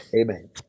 Amen